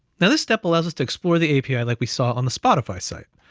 now, this step allows us to explore the api like we saw on the spotify site.